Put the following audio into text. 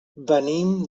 venim